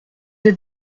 êtes